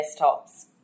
desktops